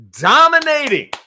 dominating